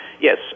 Yes